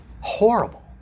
Horrible